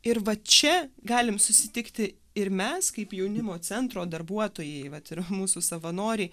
ir va čia galim susitikti ir mes kaip jaunimo centro darbuotojai vat ir mūsų savanoriai